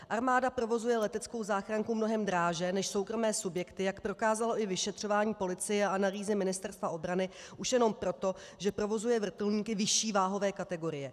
Armáda provozuje leteckou záchranku mnohem dráže než soukromé subjekty, jak prokázalo i vyšetřování policie a analýzy Ministerstva obrany, už jenom proto, že provozuje vrtulníky vyšší váhové kategorie.